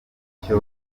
n’icyo